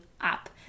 up